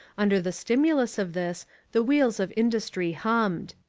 under the stimulus of this the wheels of industry hummed.